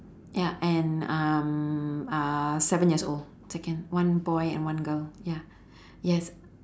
ya and um uh seven years old second one boy and one girl ya yes